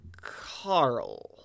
Carl